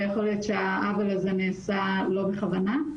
ויכול להיות שהעוול הזה נעשה לא בכוונה.